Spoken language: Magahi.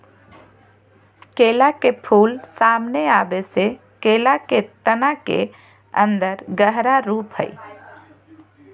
केला के फूल, सामने आबे से केला के तना के अन्दर गहरा रूप हइ